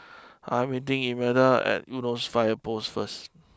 I am meeting Imelda at Eunos fire post first